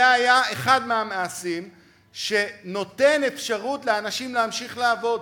זה היה אחד מהמעשים שנותן אפשרות לאנשים להמשיך לעבוד.